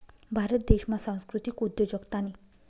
भारत देशमा सांस्कृतिक उद्योजकतानी